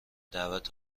دعوت